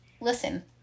Listen